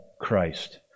Christ